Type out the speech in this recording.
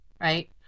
Right